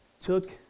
took